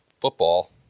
football